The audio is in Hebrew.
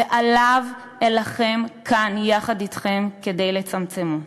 ועליו אלחם כאן, יחד אתכם, כדי לצמצמו.